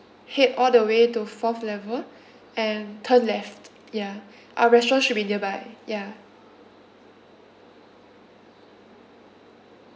head all the way to fourth level and turn left ya our restaurant should be nearby ya